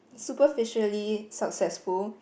superficially successful